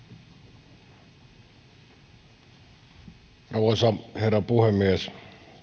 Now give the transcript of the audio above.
arvoisa herra puhemies